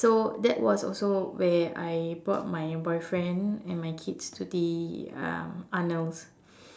so that was also where I brought my boyfriend and my kids to the um Arnolds